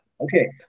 Okay